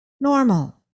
normal